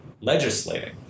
legislating